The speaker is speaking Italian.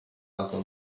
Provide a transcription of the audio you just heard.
lato